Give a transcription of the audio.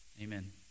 amen